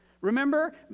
Remember